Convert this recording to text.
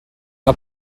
mae